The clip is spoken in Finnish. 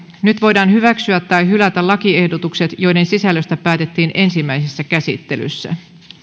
nyt voidaan hyväksyä tai hylätä lakiehdotukset joiden sisällöstä päätettiin ensimmäisessä käsittelyssä